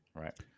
Right